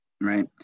Right